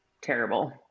terrible